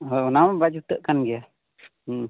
ᱦᱳᱭ ᱚᱱᱟ ᱢᱟ ᱵᱟᱭ ᱡᱩᱴᱟᱹᱜ ᱠᱟᱱ ᱜᱮᱭᱟ ᱦᱮᱸ